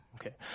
Okay